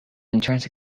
entrance